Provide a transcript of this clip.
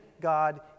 God